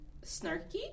Snarky